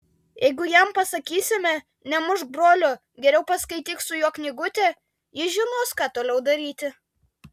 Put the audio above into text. jeigu jam pasakysime nemušk brolio geriau paskaityk su juo knygutę jis žinos ką toliau daryti